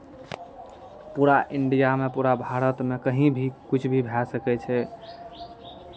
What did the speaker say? पूरा इण्डियामे पूरा भारतमे कहीँ भी किछु भी भए सकै छै